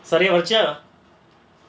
சரியா வந்துச்சா:saiyaa vandhuchaa